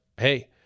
Hey